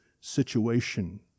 situation